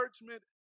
encouragement